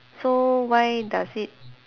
so why does it